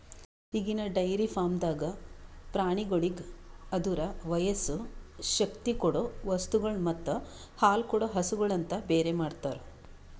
ಈಗಿನ ಡೈರಿ ಫಾರ್ಮ್ದಾಗ್ ಪ್ರಾಣಿಗೋಳಿಗ್ ಅದುರ ವಯಸ್ಸು, ಶಕ್ತಿ ಕೊಡೊ ವಸ್ತುಗೊಳ್ ಮತ್ತ ಹಾಲುಕೊಡೋ ಹಸುಗೂಳ್ ಅಂತ ಬೇರೆ ಮಾಡ್ತಾರ